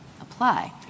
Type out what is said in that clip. apply